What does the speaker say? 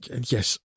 Yes